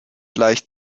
leicht